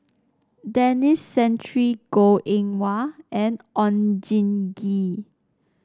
Denis Santry Goh Eng Wah and Oon Jin Gee